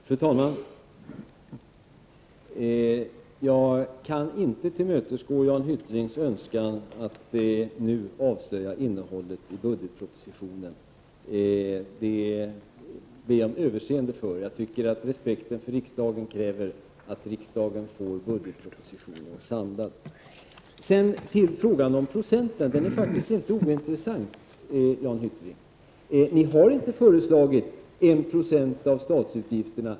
Fru talman! Jag kan inte tillmötesgå Jan Hyttrings önskan att nu avslöja innehållet i budgetpropositionen. Jag ber om överseende med detta. Jag tycker att respekten för riksdagen kräver att riksdagen får budgetpropositionen samlad. Sedan till frågan om procenten, som faktiskt inte är ointressant, Jan Hyttring. Ni har inte föreslagit 1 96 av statsutgifterna.